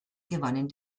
gewannen